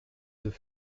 deux